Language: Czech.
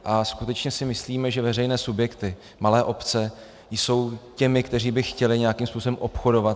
A skutečně si myslíme, že veřejné subjekty, malé obce, jsou těmi, které by chtěly nějakým způsobem s těmi daty obchodovat?